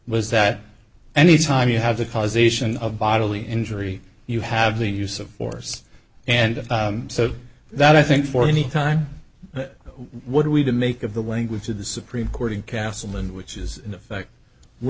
was that any time you have the causation of bodily injury you have the use of force and so that i think for any time what are we to make of the language to the supreme court in castleman which is in effect we're